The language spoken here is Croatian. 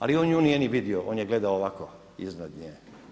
Ali on nju nije ni vidio, on gledao ovako, iznad nje.